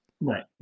right